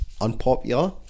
unpopular